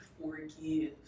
forgive